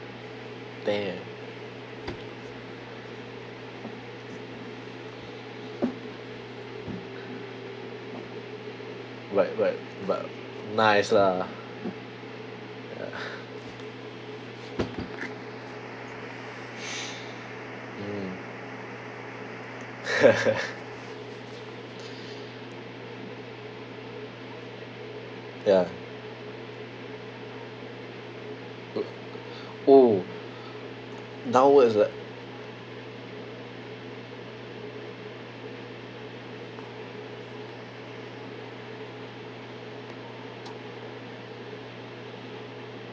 damn but but but nice lah ya mm ya w~ oh downwards what